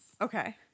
okay